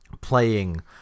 playing